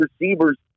receivers